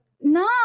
No